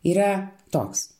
yra toks